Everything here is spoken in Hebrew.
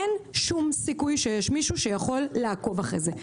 אין שום סיכוי שיש מישהו שיכול לעקוב אחרי זה.